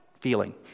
feeling